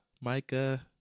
Micah